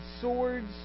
swords